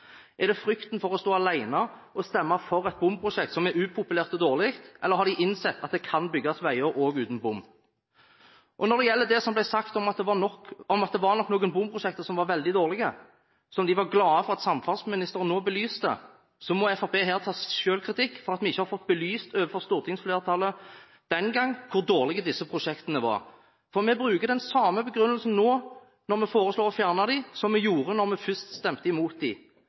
Er det frykten for å stå alene og stemme for et bomprosjekt som er upopulært og dårlig, eller har de innsett at det kan bygges veier også uten bom? Når det gjelder det som ble sagt om at det nok var noen bomprosjekter som var veldig dårlige, som de var glade for at samferdselsministeren nå belyste, må Fremskrittspartiet her ta selvkritikk for at vi ikke har fått belyst overfor stortingsflertallet den gang hvor dårlig disse prosjektene var. Vi bruker den samme begrunnelsen nå når vi foreslår å fjerne dem, som vi gjorde da vi først stemte imot